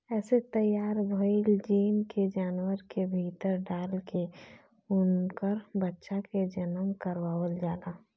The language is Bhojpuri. एसे तैयार भईल जीन के जानवर के भीतर डाल के उनकर बच्चा के जनम करवावल जाला